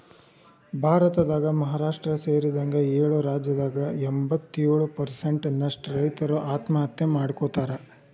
ಭಾರತದಾಗ ಮಹಾರಾಷ್ಟ್ರ ಸೇರಿದಂಗ ಏಳು ರಾಜ್ಯದಾಗ ಎಂಬತ್ತಯೊಳು ಪ್ರಸೆಂಟ್ ನಷ್ಟ ರೈತರು ಆತ್ಮಹತ್ಯೆ ಮಾಡ್ಕೋತಾರ